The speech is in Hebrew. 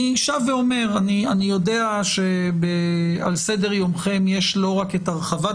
אני שב ואומר: אני יודע שעל סדר יומכם נמצא לא רק הרחבת